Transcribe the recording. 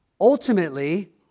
Ultimately